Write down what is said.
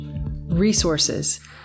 resources